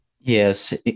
yes